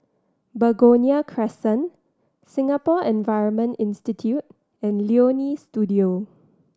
Begonia Crescent Singapore Environment Institute and Leonie Studio